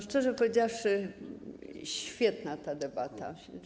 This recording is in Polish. Szczerze powiedziawszy, świetna ta debata.